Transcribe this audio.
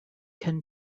can